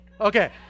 okay